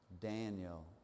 daniel